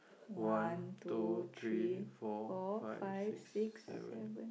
one two three four five six seven